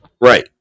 right